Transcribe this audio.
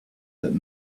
that